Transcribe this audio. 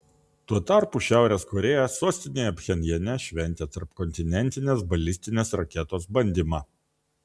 tuo tarpu šiaurės korėja sostinėje pchenjane šventė tarpkontinentinės balistinės raketos bandymą